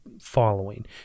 following